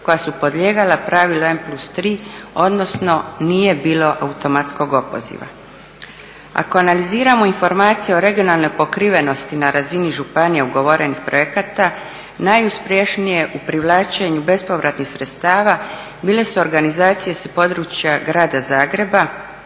koja su podlijegala pravilu N+3 odnosno nije bilo automatskog opoziva. Ako analiziramo informacije o regionalnoj pokrivenosti na razini županija ugovorenih projekata, najuspješnije u privlačenju bespovratnih sredstava bile su organizacije sa područja grada Zagreba